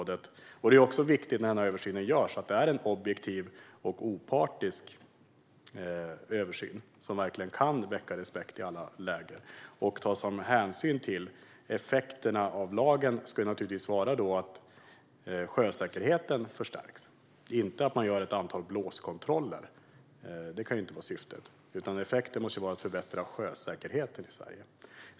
Det är också viktigt när den görs att det är en objektiv och opartisk översyn som verkligen kan väcka respekt i alla läger och att den tar hänsyn till effekterna av lagen. De ska naturligtvis vara att sjösäkerheten förstärks, inte att man gör ett antal blåskontroller, för det kan inte vara syftet. Den önskade effekten måste vara att förbättra sjösäkerheten i Sverige.